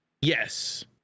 Yes